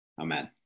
Amen